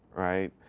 right?